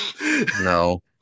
No